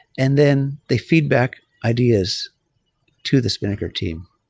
and then they feedback ideas to the spinnaker team.